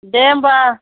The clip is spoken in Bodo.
दे होमब्ला